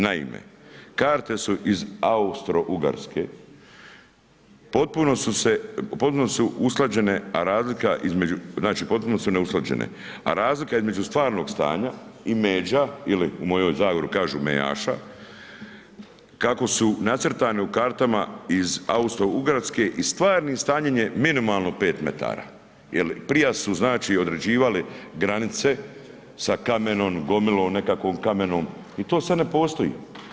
Naime, karte su iz Austro-Ugarske, potpuno su usklađene, a razlika između, znači, potpuno su neusklađene, a razlika između stvarnog stanja i međa ili u mojoj Zagori kažu mejaša, kako su nacrtani u kartama iz Austro-Ugarske i stvarnim stanjem je minimalno 5m jel prija su, znači, određivali granice sa kamenom, gomilom nekakvom, kamenom i to sad ne postoji.